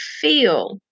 feel